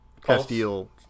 Castile